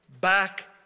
back